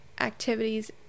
activities